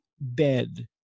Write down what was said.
bed